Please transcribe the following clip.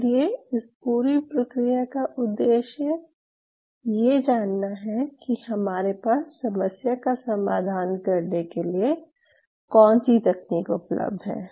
इसलिए इस पूरी प्रक्रिया का उद्देश्य ये जानना है कि हमारे पास समस्या का समाधान करने के लिए कौन सी तकनीक उपलब्ध हैं